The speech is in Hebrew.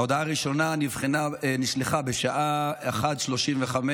ההודעה הראשונה נשלחה בשעה 13:35,